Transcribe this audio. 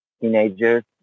teenagers